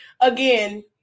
again